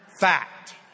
fact